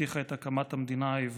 שהבטיחה את הקמת המדינה העברית.